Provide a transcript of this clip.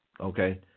Okay